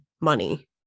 money